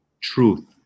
truth